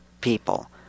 people